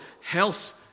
Health